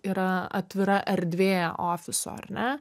yra atvira erdvė ofiso ar ne